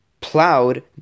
plowed